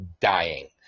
dying